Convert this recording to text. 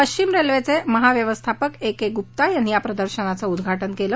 पश्चिम रेल्वेचे महाव्यवस्थापक ए के गुप्ता यांनी या प्रदर्शनाचं उद्घाटन केलं